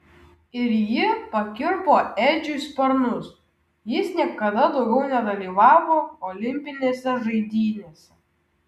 ir ji pakirpo edžiui sparnus jis niekada daugiau nedalyvavo olimpinėse žaidynėse